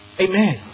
Amen